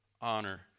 honor